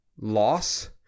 loss